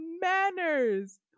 manners